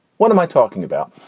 what am i talking about?